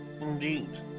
Indeed